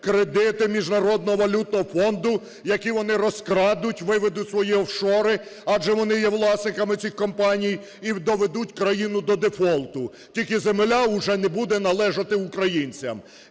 кредити Міжнародного валютного фонду, які вони розкрадуть, виведуть у свої офшори, адже вони є власниками цих компаній, і доведуть країну до дефолту. Тільки земля уже не буде належати українцям.